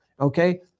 Okay